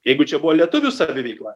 jeigu čia buvo lietuvių saviveikla